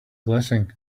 blessing